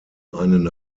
einen